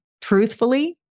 truthfully